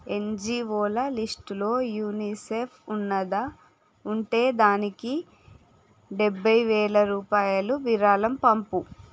ఎంజిఓల లిస్టులో యునిసెఫ్ ఉన్నదా ఉంటే దానికి డెబ్బై వేల రూపాయలు విరాళం పంపు